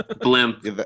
blimp